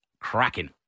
cracking